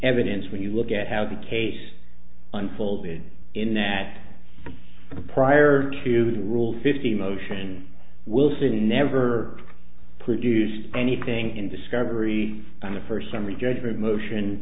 evidence when you look at how the case unfolded in that prior to the rule fifty motion will see never produced anything in discovery on the first summary judgment motion